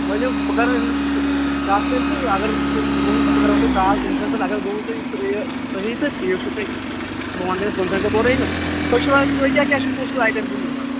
ؤلِو بہٕ کَرو أمِس کَتھ تیٛلہِ تہٕ اگر تٔمۍ ووٚن تہٕ بہٟ کَرہو تۅہہِ کال تُہٕنٛدِ خٲطرٕ اگر گوٚوٕ تۅہہِ سُہ یہِ صحی تہٕ ٹھیِٖک چھُ تیٚلہِ بہٕ وَنہٕ تیٚلہِ پٍنٛژٕہَن منٛز کوٚر أمِس تۅہہِ چھُوا تۅہہِ کیٛاہ کیٛاہ چھُ کُس کُس اَیِٹَم چھُ نِیُن حظ